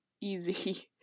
easy